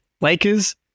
Lakers